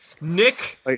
Nick